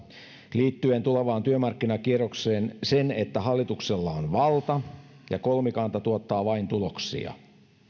liittyen tulevaan työmarkkinakierrokseen sen että hallituksella on valta ja kolmikanta tuottaa vain tuloksia